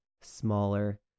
smaller